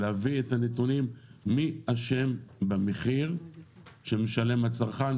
את הנתונים שמראים מי אשם במחיר שמשלם הצרכן.